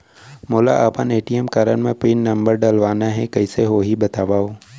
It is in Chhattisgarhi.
मोला अपन ए.टी.एम कारड म पिन नंबर डलवाना हे कइसे होही बतावव?